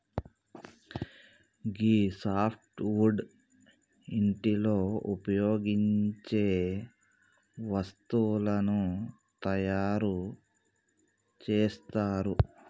గీ softwood ఇంటిలో ఉపయోగించే వస్తువులను తయారు చేస్తరు